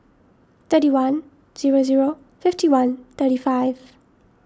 thirty one zero zero fifty one thirty five